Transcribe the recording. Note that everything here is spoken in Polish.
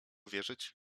wierzyć